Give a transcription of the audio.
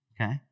okay